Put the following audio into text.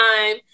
time